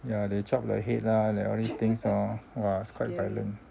yeah they chop the head lah and all these things lor !wah! quite violent